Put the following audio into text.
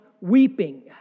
weeping